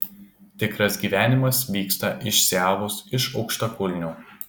tikras gyvenimas vyksta išsiavus iš aukštakulnių